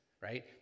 right